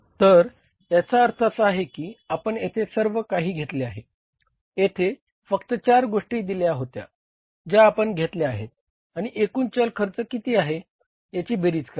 तर याचा अर्थ असा आहे की आपण येथे सर्व काही घेतले आहे येथे फक्त चार गोष्टी दिल्या होत्या ज्या आपण घेतल्या आहेत आणि एकूण चल खर्च किती आहे याची बेरीज करा